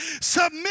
submit